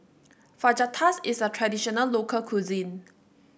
fajitas is a traditional local cuisine